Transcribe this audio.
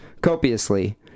copiously